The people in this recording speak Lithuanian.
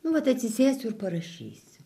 nu vat atsisėsiu ir parašysiu